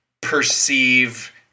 perceive